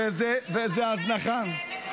מה-זה מוצלח במשמרת של אוחנה.